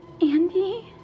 Andy